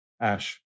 Ash